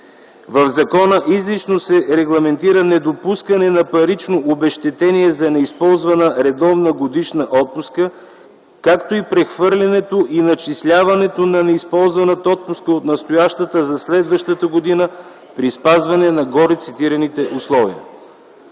В закона изрично се регламентира недопускане на парично обезщетение за неизползвана редовна годишна отпуска, както и прехвърлянето и начисляването на неизползваната отпуска от настоящата за следващата година при спазване на горецитираните условия.